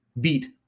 beat